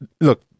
look